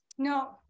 No